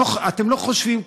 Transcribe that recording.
אתם לא חושבים,